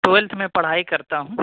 twelfth میں پڑھائی کرتا ہوں